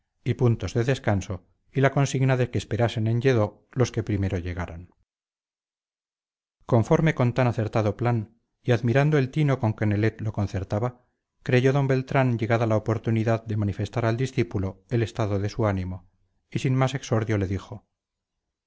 y puntos de descanso y la consigna de que esperasen en lledó los que primero llegaran conforme con tan acertado plan y admirando el tino con que nelet lo concertaba creyó d beltrán llegada la oportunidad de manifestar al discípulo el estado de su ánimo y sin más exordio le dijo